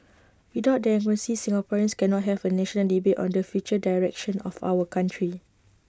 without democracy Singaporeans cannot have A national debate on the future direction of our country